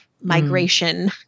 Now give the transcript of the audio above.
migration